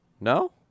No